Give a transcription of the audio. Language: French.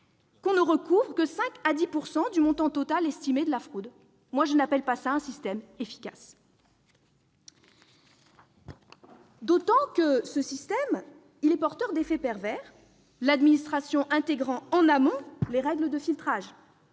permet de recouvrer que 5 à 10 % du montant total estimé de la fraude. Pour ma part, je n'appelle pas cela un système efficace, d'autant que ce système est porteur d'effets pervers, l'administration intégrant en amont les règles de filtrage.